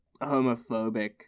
homophobic